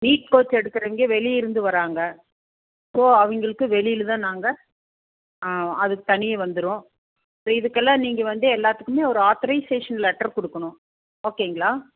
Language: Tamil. நீட் கோச் எடுக்கிறவங்க வெளிய இருந்து வராங்க இப்போ அவங்களுக்கு வெளியில தான் நாங்கள் அதுக்கு தனியே வந்துரும் இப்போ இதுக்கெல்லாம் நீங்கள் வந்து எல்லாத்துக்குமே ஒரு ஆத்தரைசேஷன் லெட்டர் கொடுக்கனும் ஓகேங்களா